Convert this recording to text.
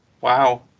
Wow